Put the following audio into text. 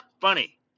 funny